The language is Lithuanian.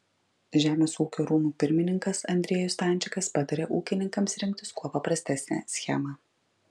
žemės ūkio rūmų pirmininkas andriejus stančikas patarė ūkininkams rinktis kuo paprastesnę schemą